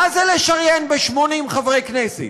מה זה לשריין ב-80 חברי כנסת?